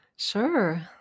Sure